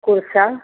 कुरसा